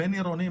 הבין-עירוניים,